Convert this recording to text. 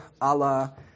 Allah